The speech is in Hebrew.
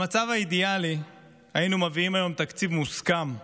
במצב האידיאלי היינו מביאים היום תקציב מוסכם,